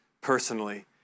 personally